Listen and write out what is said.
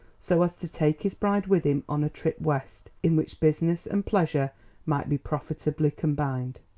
so as to take his bride with him on a trip west, in which business and pleasure might be profitably combined.